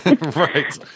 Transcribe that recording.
Right